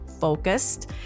focused